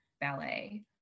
ballet